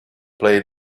play